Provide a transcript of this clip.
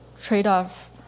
trade-off